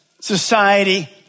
society